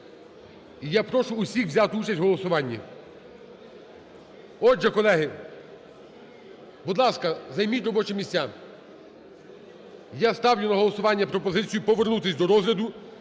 і я прошу усіх взяти участь в голосуванні. Отже, колеги, будь ласка, займіть робочі місця. Я ставлю на голосування пропозицію повернутися до розгляду